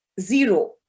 zero